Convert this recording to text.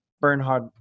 Bernhard